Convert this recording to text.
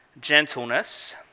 gentleness